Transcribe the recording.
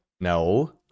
no